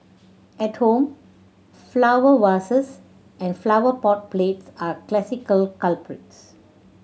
at home flower vases and flower pot plates are classic culprits